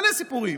מלא סיפורים.